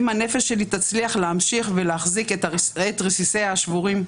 אם הנפש שלי תצליח להמשיך ולהחזיק את רסיסיה השבורים.